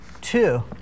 two